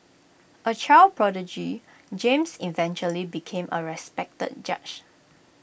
A child prodigy James eventually became A respected judge